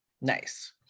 Nice